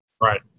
Right